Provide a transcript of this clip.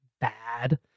bad